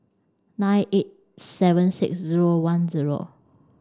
nine eight seven six zero one zero